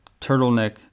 turtleneck